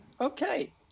Okay